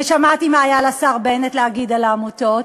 ושמעתי מה היה לשר בנט להגיד על העמותות.